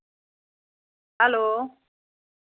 hello